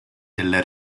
della